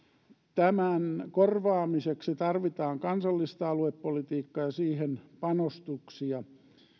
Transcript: tämän korvaamiseksi tarvitaan kansallista aluepolitiikkaa ja siihen panostuksia